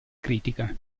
critica